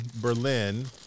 Berlin